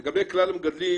לגבי כלל המגדלים,